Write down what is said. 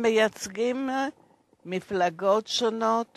הם מייצגים מפלגות שונות